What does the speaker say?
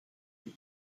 mee